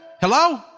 Hello